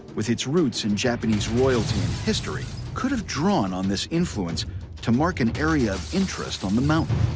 with its roots in japanese royalty and history, could have drawn on this influence to mark an area of interest on the mountain.